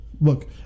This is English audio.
Look